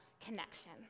connection